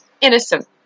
innocent